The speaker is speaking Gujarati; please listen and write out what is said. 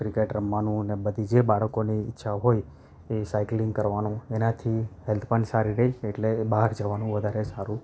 ક્રિકેટ રમવાનું ને બધી જે બાળકોની ઈચ્છા હોય એ સાયકલિંગ કરવાનું એનાથી હેલ્થ પણ સારી રહે એટલે બહાર જવાનું વધારે સારું